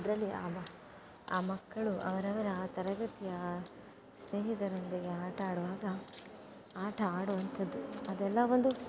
ಅದರಲ್ಲಿ ಆ ಮಕ್ಕ ಆ ಮಕ್ಕಳು ಅವರವರ ಆ ತರಗತಿಯ ಸ್ನೇಹಿತರೊಂದಿಗೆ ಆಟ ಆಡುವಾಗ ಆಟ ಆಡುವಂತದ್ದು ಅದೆಲ್ಲಾ ಒಂದು